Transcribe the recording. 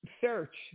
search